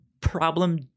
problem